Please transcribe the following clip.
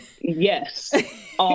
Yes